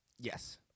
Yes